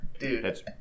Dude